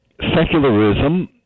secularism